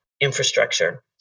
infrastructure